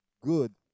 good